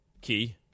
Key